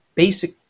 Basic